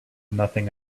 nothing